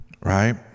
Right